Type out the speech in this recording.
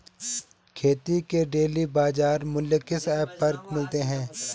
खेती के डेली बाज़ार मूल्य किस ऐप पर मिलते हैं?